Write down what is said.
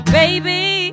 baby